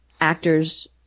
actors